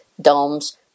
domes